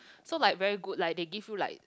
so like very good like they give you like